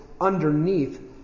underneath